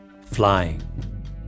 flying